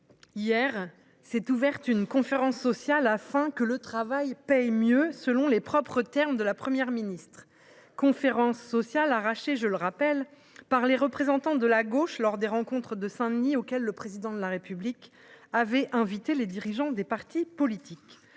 hier s’est ouverte une conférence sociale afin « que le travail paie mieux », selon les propres termes de la Première ministre ; conférence sociale arrachée – je le rappelle – par les représentants de la gauche lors des rencontres de Saint Denis, auxquelles le Président de la République avait invité les dirigeants des partis politiques.